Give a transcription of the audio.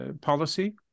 policy